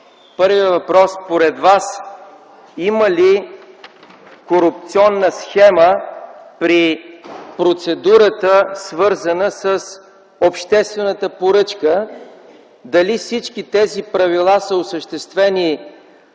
Първият въпрос: според Вас има ли корупционна схема при процедурата, свързана с обществената поръчка? Дали всички тези правила са осъществени